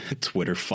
Twitter